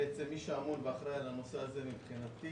יש לו אומץ והזכות לדבר עם משהו אנושי ולא נייר?